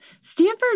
Stanford